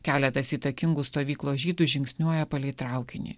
keletas įtakingų stovyklos žydų žingsniuoja palei traukinį